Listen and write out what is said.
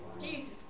Jesus